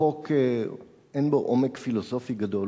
החוק אין בו עומק פילוסופי גדול,